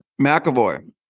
McAvoy